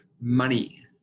money